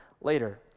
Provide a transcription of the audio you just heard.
later